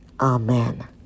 Amen